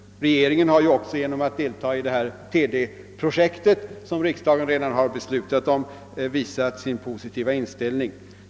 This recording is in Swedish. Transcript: Regeringen har genom att delta i det TD projekt, som riksdagen redan har beslutat om, visat sin positiva inställning.